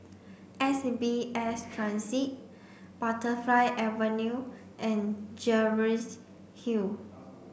S B S Transit Butterfly Avenue and Jervois Hill